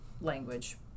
language